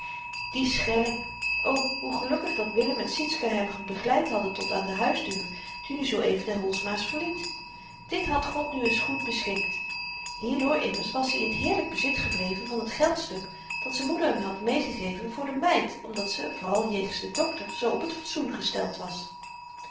die schelling o hoe gelukkig dat willem en sietske hem begeleid hadden tot aan de huisdeur toen i zoo-even de holsma's verliet dit had god nu eens goed beschikt hierdoor immers was-i in t heerlyk bezit gebleven van t geldstuk dat z'n moeder hem had meegegeven voor de meid omdat ze vooral jegens den dokter zoo op t fatsoen gesteld was